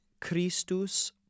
Christus